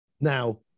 Now